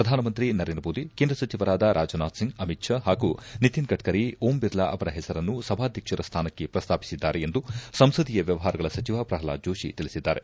ಶ್ರಧಾನಮಂತ್ರಿ ನರೇಂದ್ರ ಮೋದಿ ಕೇಂದ್ರ ಸಚಿವರಾದ ರಾಜನಾಥ್ ಸಿಂಗ್ ಅಮಿತ್ ಷಾ ಹಾಗೂ ನಿತಿನಲ್ ಗಡ್ಡರಿ ಓಂ ಬಿರ್ಲಾ ಅವರ ಹೆಸರನ್ನು ಸಭಾಧ್ಯಕರ ಸ್ನಾನಕ್ಕೆ ಪ್ರಸ್ನಾಪಿಸಿದ್ದಾರೆ ಎಂದು ಸಂಸದೀಯ ವ್ಯವಹಾರಗಳ ಸಚಿವ ಪ್ರಹ್ನಾದ್ ಜೋಷಿ ತಿಳಿಸಿದ್ದಾರೆ